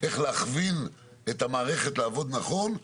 איך להכווין את המערכת לעבוד נכון,